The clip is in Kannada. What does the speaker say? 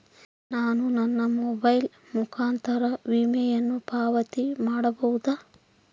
ನಾನು ನನ್ನ ಮೊಬೈಲ್ ಮುಖಾಂತರ ವಿಮೆಯನ್ನು ಪಾವತಿ ಮಾಡಬಹುದಾ?